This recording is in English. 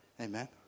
Amen